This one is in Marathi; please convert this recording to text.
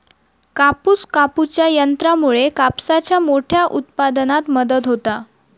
कापूस कापूच्या यंत्रामुळे कापसाच्या मोठ्या उत्पादनात मदत होता